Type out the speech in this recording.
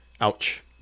Ouch